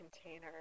container